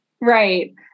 right